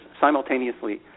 simultaneously